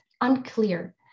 unclear